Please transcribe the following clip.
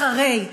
אחרי,